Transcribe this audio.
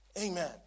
Amen